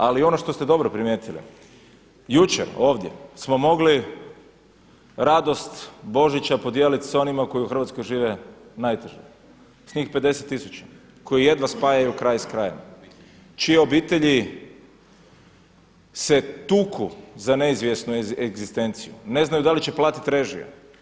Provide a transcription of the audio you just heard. Ali ono što ste dobro primijetili, jučer ovdje smo mogli radost Božića podijeliti sa onima koji u Hrvatskoj žive najteže, s njih 50000 koji jedva spajaju kraj s krajem, čije obitelji se tuku za neizvjesnu egzistenciju, ne znaju da li će platiti režije.